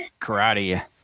karate